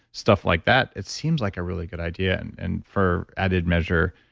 stuff like that, it seems like a really good idea. and and for added measure,